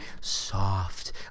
soft